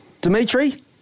Dimitri